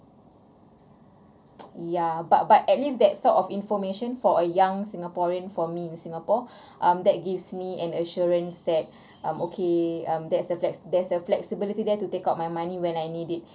ya but but at least that sort of information for a young singaporean for me in singapore um that gives me an assurance that I'm okay um that's a flex~ there's a flexibility there to take out my money when I need it